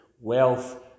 wealth